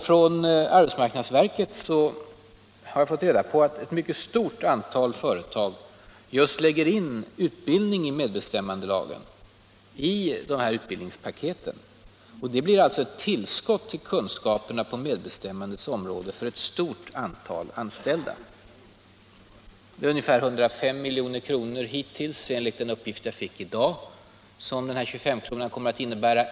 Från arbetsmarknadsverket har jag fått reda på att ett mycket stort antal företag lägger in utbildning om medbestämmandelagen i det här utbildningspaketet. Det blir alltså ett tillskott till kunskaperna på medbestämmandelagens område för ett stort antal anställda. Enligt de uppgifter jag fick i dag kommer den här 2S-kronan hittills att kosta 105 milj.kr.